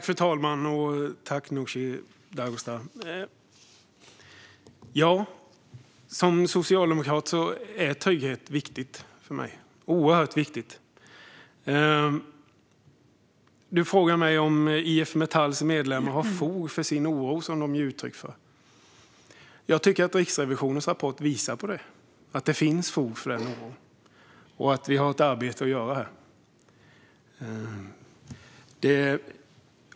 Fru talman och Nooshi Dadgostar! Som socialdemokrat är trygghet viktigt för mig - oerhört viktigt. Du frågar mig om IF Metalls medlemmar har fog för den oro som de ger uttryck för. Jag tycker att Riksrevisionens rapport visar på att det finns fog för denna oro och att vi har ett arbete att göra här.